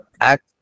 act